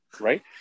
Right